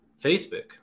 Facebook